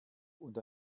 und